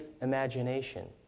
imagination